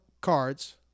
cards